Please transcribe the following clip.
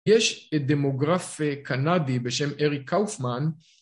יש דמוגרף קנדי בשם אריק קאופמן